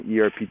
ERP